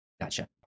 gotcha